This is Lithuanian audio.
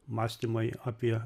mąstymai apie